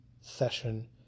session